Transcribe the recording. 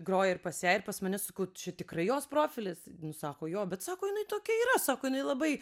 groja ir pas ją ir pas mane sakau čia tikrai jos profilis nu sako jo bet sako jinai tokia yra sako jinai labai